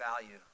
value